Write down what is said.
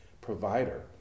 provider